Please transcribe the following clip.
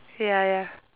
ya ya